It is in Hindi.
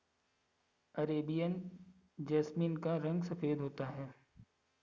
अरेबियन जैसमिन का रंग सफेद होता है